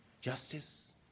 Justice